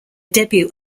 debut